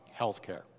healthcare